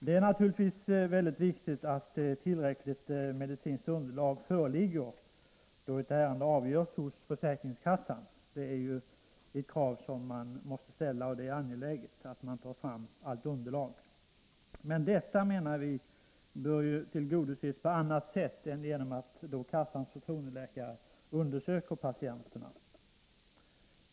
Det är naturligtvis väldigt viktigt att ett tillfredsställande medicinskt underlag föreligger, då ett ärende avgörs hos försäkringskassan. Det kravet måste ställas. Det är angeläget att man tar fram allt underlag. Men detta krav, menar vi, bör tillgodoses på annat sätt än genom att kassans förtroendeläkare undersöker patienten.